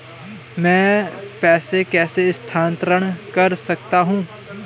मैं पैसे कैसे स्थानांतरण कर सकता हूँ?